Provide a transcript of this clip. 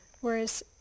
Whereas